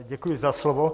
Děkuji za slovo.